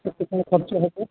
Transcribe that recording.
କେତେ ଟଙ୍କା ଖର୍ଚ୍ଚ ହବ